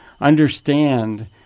understand